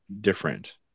different